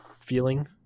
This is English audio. feeling